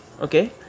okay